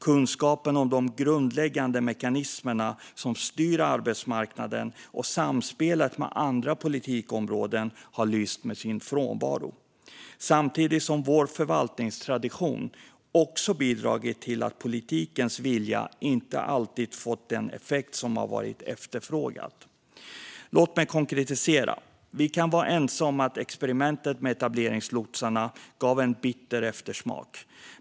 Kunskapen om de grundläggande mekanismerna som styr arbetsmarknaden och samspelet med andra politikområden har lyst med sin frånvaro, samtidigt som vår förvaltningstradition också har bidragit till att politikens vilja inte alltid fått den effekt som har varit efterfrågad. Låt mig konkretisera. Vi kan vara ense om att experimentet med etableringslotsarna gav en bitter eftersmak.